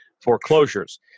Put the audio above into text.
foreclosures